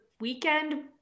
weekend